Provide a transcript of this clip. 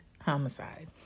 homicide